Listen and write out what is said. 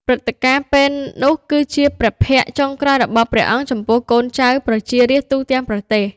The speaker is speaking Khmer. ព្រឹត្តិការណ៍ពេលនោះ គឺជាព្រះភ័ក្ត្រចុងក្រោយរបស់ព្រះអង្គចំពោះកូនចៅ ប្រជារាស្ត្រទូទាំងប្រទេស។